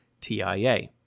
TIA